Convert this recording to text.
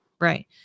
Right